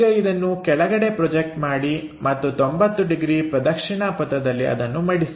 ಈಗ ಇದನ್ನು ಕೆಳಗಡೆಗೆ ಪ್ರೊಜೆಕ್ಟ್ ಮಾಡಿ ಮತ್ತು 90 ಡಿಗ್ರಿ ಪ್ರದಕ್ಷಿಣಾ ಪಥದಲ್ಲಿ ಅದನ್ನು ಮಡಿಸಿ